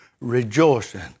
Rejoicing